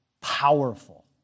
powerful